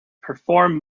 perform